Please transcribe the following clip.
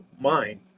mind